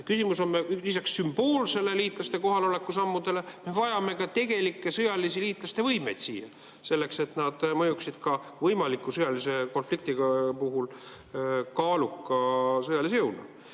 Küsimus on, et lisaks sümboolse liitlaste kohaloleku sammudele me vajame ka tegelikke sõjalisi liitlaste võimeid siia selleks, et nad mõjuksid võimaliku sõjalise konflikti korral kaaluka sõjalise jõuna.